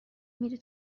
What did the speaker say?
میری